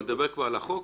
אתה מדבר כבר על החוק?